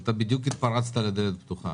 אתה התפרצת בדיוק לדלת פתוחה.